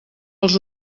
els